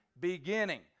beginning